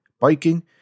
biking